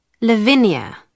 Lavinia